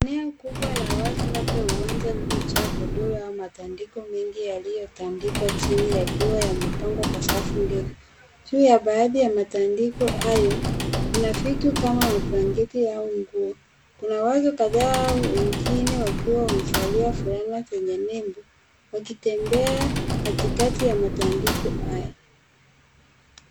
Eneo kubwa la wazi, labda uwanja ulilojaa godoro au matandiko mengi yaliyotandikwa chini yakiwa yamepangwa kwa safu ndefu. Juu ya baadhi ya matandiko hayo, kuna vitu kama mablanketi au nguo. Kuna watu kadhaa wengine wakiwa wamevalia fulana zenye nembo, wakitembea katikati ya matandiko haya.